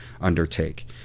undertake